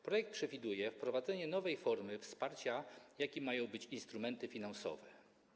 Projekt przewiduje wprowadzenie nowej formy wsparcia, jaką mają być instrumenty finansowe.